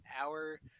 hour